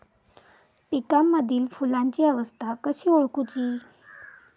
पिकांमदिल फुलांची अवस्था कशी ओळखुची?